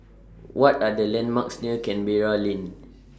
What Are The landmarks near Canberra Lane